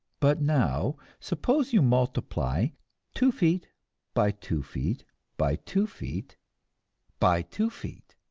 but now, suppose you multiply two feet by two feet by two feet by two feet,